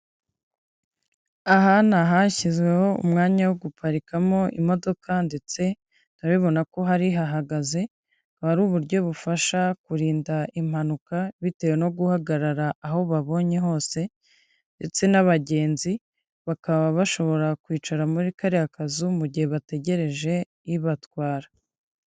Aha naha shyizweho umwanya wo guparikamo imodoka ndetse turabibona ko hari ihahagaze abaruburyo bufasha kurinda impanuka bitewe no guhagarara aho babonye hose ndetse n'abagenzi bakaba bashobora kwicara muri kariya kazu mu gihe bategereje ibatwara.